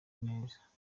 neza